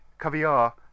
caviar